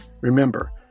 Remember